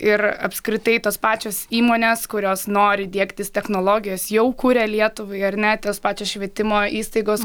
ir apskritai tos pačios įmonės kurios nori diegtis technologijas jau kuria lietuvai ar ne tos pačios švietimo įstaigos